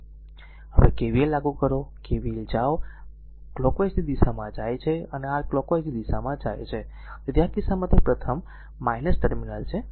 હવે KVL લાગુ કરો KVL જાઓ r કલોકવાઈઝની દિશામાં જાય છે આ r કલોકવાઈઝની દિશામાં જાય છે તેથી આ કિસ્સામાં તે પ્રથમ ટર્મિનલ છે